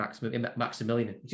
Maximilian